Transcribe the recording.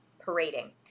parading